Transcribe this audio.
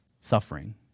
suffering